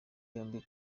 yombi